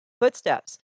footsteps